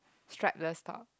strapless top